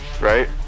Right